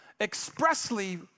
expressly